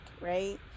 right